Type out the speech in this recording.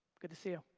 good to see you.